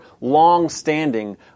long-standing